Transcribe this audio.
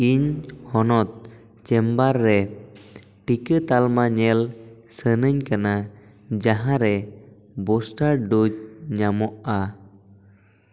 ᱤᱧ ᱦᱚᱱᱚᱛ ᱪᱮᱢᱵᱟᱨ ᱨᱮ ᱴᱤᱠᱟᱹ ᱛᱟᱞᱢᱟ ᱧᱮᱞ ᱥᱟᱱᱟᱹᱧ ᱠᱟᱱᱟ ᱡᱟᱦᱟᱸ ᱨᱮ ᱵᱳᱥᱴᱟᱨ ᱰᱳᱡᱽ ᱧᱟᱢᱚᱜᱼᱟ